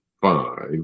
five